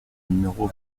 numéro